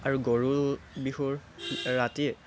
আৰু গৰু বিহুৰ ৰাতি